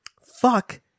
Fuck